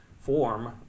form